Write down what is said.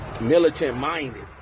militant-minded